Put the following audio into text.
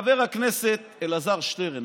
חבר הכנסת אלעזר שטרן,